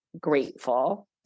grateful